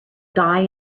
die